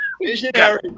Visionary